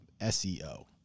SEO